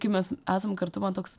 kai mes esam kartu man toks